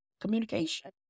communication